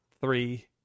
three